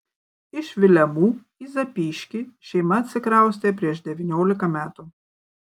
iš vilemų į zapyškį šeima atsikraustė prieš devyniolika metų